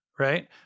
Right